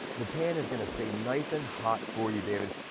the pan is going to stay nice and hot for you, david.